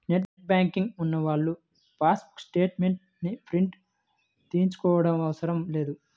net banking ఉన్నవాళ్ళు passbook statements ని print తీయించుకోనవసరం లేదు